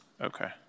okay